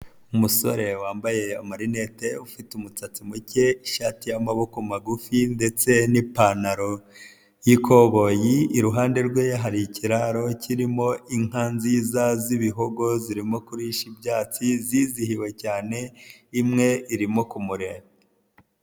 Umusore wambaye amarinete ufite umusatsi muke, ishati y'amaboko magufi ndetse n'ipantaro y'ikoboyi, iruhande rwe hari ikiraro kirimo inka nziza z'ibihogo, zirimo kurisha ibyatsi zizihiwe cyane, imwe irimo kumureba.